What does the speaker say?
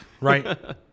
Right